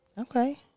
Okay